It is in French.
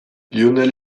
lionel